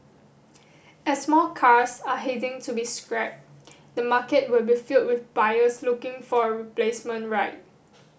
as more cars are heading to be scrapped the market will be filled with buyers looking for a replacement ride